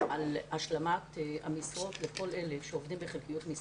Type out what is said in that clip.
על השלמת המשרות לכל אלה שעובדים בחלקיות משרה.